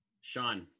Sean